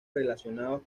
relacionados